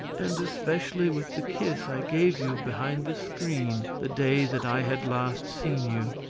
and especially with the kiss i gave you behind the screen the day that i had last seen you.